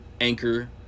Anchor